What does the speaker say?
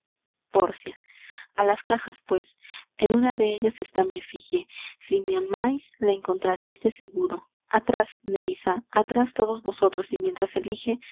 pórcia a las cajas pues en una de ellas está mi efigie si me amais la encontrareis de seguro atras nerissa atras todos vosotros y mientras elige